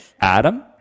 Adam